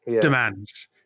demands